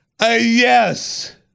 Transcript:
Yes